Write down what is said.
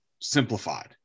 simplified